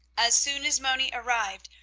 as soon as moni arrived,